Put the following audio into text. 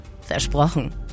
Versprochen